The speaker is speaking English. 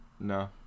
No